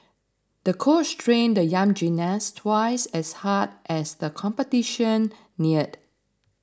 the coach trained the young gymnast twice as hard as the competition neared